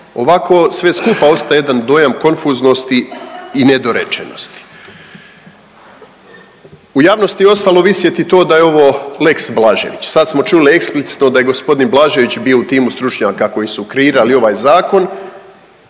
Ovako sve skupa ostaje jedan dojam konfuznosti i nedorečenosti. U javnosti je ostalo visjeti to da je ovo lex Blažević, sad smo čuli eksplicitno da je g. Blažević bio u timu stručnjaka koji su kreirali ovaj Zakon,